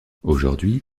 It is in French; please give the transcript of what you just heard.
aujourd’hui